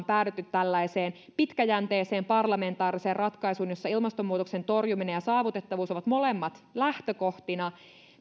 päädytty tällaiseen pitkäjänteiseen parlamentaariseen ratkaisuun jossa ilmastonmuutoksen torjuminen ja saavutettavuus ovat molemmat lähtökohtina